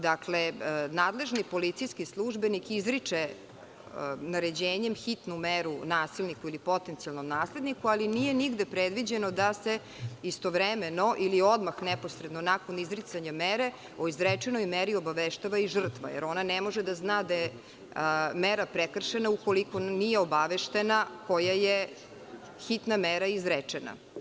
Dakle, nadležni policijski službenik izriče naređenjem hitnu meru nasilniku ili potencijalnom nasilniku, ali nije nigde predviđeno da se istovremeno ili odmah neposredno nakon izricanja mere o izrečenoj meri obaveštava i žrtva, jer ona ne može da zna da je mera prekršena ukoliko nije obaveštena koja je hitna mera izrečena.